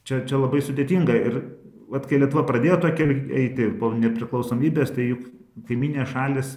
čia čia labai sudėtinga ir vat kai lietuva pradėjo tuo keliu eiti po nepriklausomybės tai juk kaimynės šalys